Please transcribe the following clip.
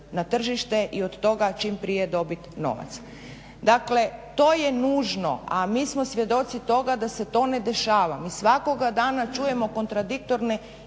na tržište i od toga čim prije dobit novac. Dakle to je nužno, a mi smo svjedoci toga da se to ne dešava. Mi svakoga dana čujemo kontradiktorne